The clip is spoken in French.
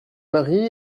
mari